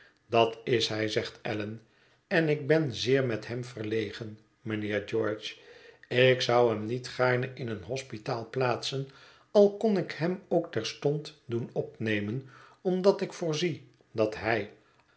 dat is hij zegt allan en ik ben zeer met hem verlegen mijnheer george ik zou hem niet gaarne in een hospitaal plaatsen al kon ik hem ook terstond doen opnemen omdat ik voorzie dat hij